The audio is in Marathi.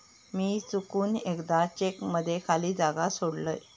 मी चुकून एकदा चेक मध्ये खाली जागा सोडलय